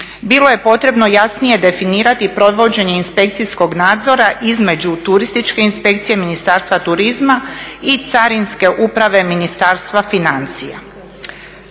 Bilo je potrebno jasnije definirati provođenje inspekcijskog nadzora između Turističke inspekcije Ministarstva turizma i Carinske uprave Ministarstva financija.